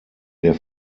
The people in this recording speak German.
der